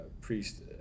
priest